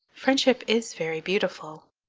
friendship is very beautiful,